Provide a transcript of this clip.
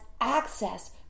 access